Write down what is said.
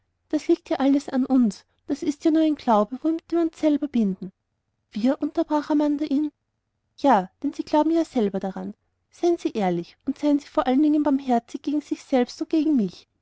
das liegt ja alles an uns das ist ja doch nur ein glaube womit wir uns selber binden wir unterbrach amanda ihn ja denn sie glauben ja selber daran seien sie ehrlich und seien sie vor allem barmherzig gegen sich selbst und gegen mich